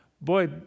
Boy